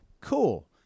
cool